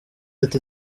ati